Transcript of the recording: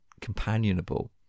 companionable